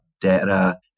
data